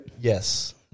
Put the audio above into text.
Yes